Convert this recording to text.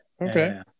okay